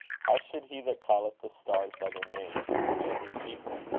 how should he that calleth the stars by their names forget his people?